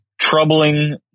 troubling